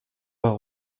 pas